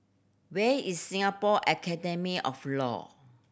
where is Singapore Academy of Law